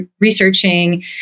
researching